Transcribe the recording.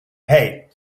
hey